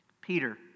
Peter